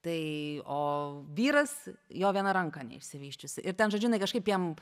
tai o vyras jo viena ranka neišsivysčiusi ir ten žodžiu jinai kažkaip jam